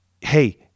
Hey